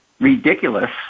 ridiculous